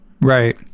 Right